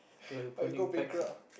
like a burning pax ah